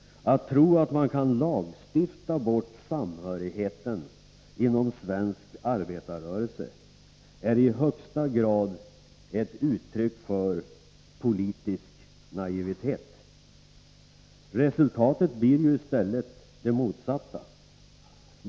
Att tro att man kan lagstifta bort samhörigheten inom svensk arbetarrörelse är i högsta grad ett uttryck för politisk naivitet. Resultatet blir ju i stället det motsatta.